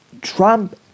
Trump